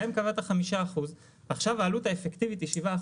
גם אם קבעת 5% ועכשיו העלות האפקטיבית היא 7%,